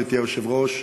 גברתי היושבת-ראש,